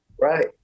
Right